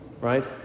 right